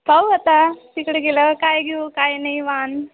पाहू आता तिकडे गेल्यावर काय घेऊ काय नाही वाण